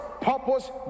purpose